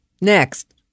next